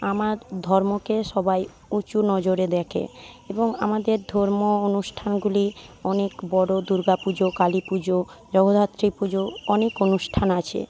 আমার ধর্মকে সবাই উঁচু নজরে দেখে এবং আমাদের ধর্ম অনুষ্ঠানগুলি অনেক বড়ো দুর্গা পুজো কালী পুজো জগদ্ধাত্রী পুজো অনেক অনুষ্ঠান আছে